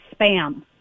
spam